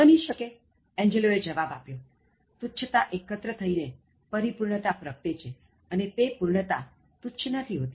બની શકે એંજલો એ જવાબ આપ્યો તુચ્છતા એક્ત્ર થઈને પરિપૂર્ણતા પ્રગટે છે અને તે પૂર્ણતા તુચ્છ નથી હોતી